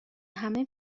همه